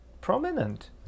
prominent